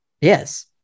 Yes